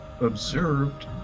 observed